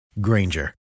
Granger